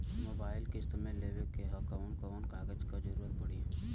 Mobile किस्त मे लेवे के ह कवन कवन कागज क जरुरत पड़ी?